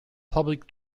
public